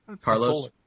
Carlos